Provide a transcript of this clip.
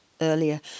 earlier